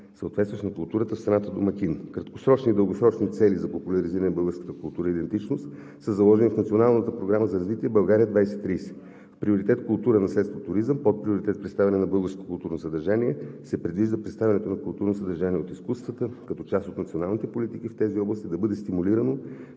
съответстващ на културата в страната домакин. Краткосрочни и дългосрочни цели за популяризиране на българската култура и идентичност са заложени в Националната програма за развитие „България 2030“. В приоритет „Култура, наследство, туризъм“, подприоритет „Представяне на българското културно съдържание“ се предвижда представяне на културното съдържание от изкуствата, като част от националните политики в тези области да бъде стимулирано